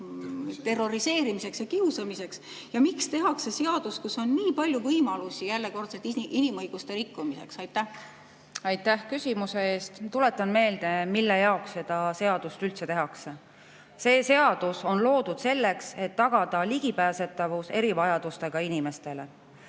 terroriseerimiseks ja kiusamiseks? Ja miks tehakse seadus, kus on nii palju võimalusi järjekordselt inimõiguste rikkumiseks? Aitäh küsimuse eest! Tuletan meelde, mille jaoks seda seadust üldse tehakse. See seadus on mõeldud selleks, et tagada ligipääsetavus erivajadustega inimestele.